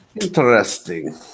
Interesting